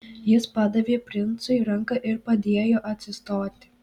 jis padavė princui ranką ir padėjo atsistoti